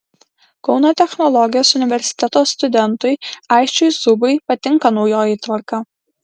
kauno technologijos universiteto studentui aisčiui zubui patinka naujoji tvarka